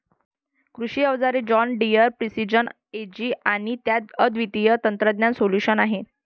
कृषी अवजारे John Deere precision AG आणि त्यात अद्वितीय तंत्रज्ञान सोल्यूशन्स आहेत